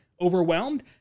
Overwhelmed